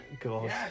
God